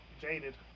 Jaded